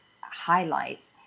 highlight